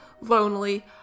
lonely